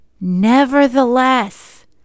Nevertheless